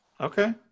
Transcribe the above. Okay